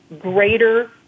greater